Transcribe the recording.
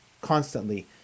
constantly